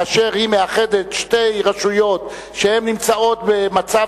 כאשר היא מאחדת שתי רשויות שנמצאות במצב